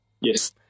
Yes